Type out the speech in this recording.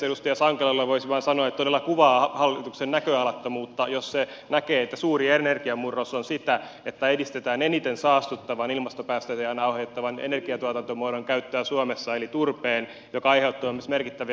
edustaja sankelolle voisi vain sanoa että todella kuvaa hallituksen näköalattomuutta jos se näkee että suuri energiamurros on sitä että edistetään eniten saastuttavan ja ilmastopäästöjä aiheuttavan energiantuotantomuodon käyttöä suomessa eli turpeen joka aiheuttaa myös merkittäviä vesistöhaittoja